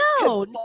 no